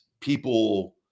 people